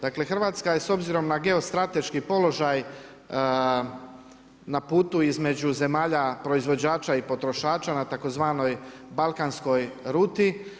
Dakle, Hrvatska je s obzirom na geostrateški položaj na putu između zemalja proizvođača i potrošača na tzv. balkanskoj ruti.